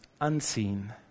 unseen